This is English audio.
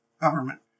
government